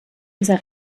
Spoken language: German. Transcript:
dieser